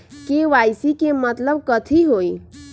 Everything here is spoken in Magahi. के.वाई.सी के मतलब कथी होई?